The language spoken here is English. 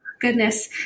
goodness